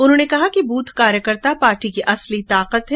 उन्होंने कहा कि बूथ कार्यकर्ता पार्टी की असली ताकत है